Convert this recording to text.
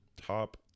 top